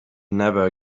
never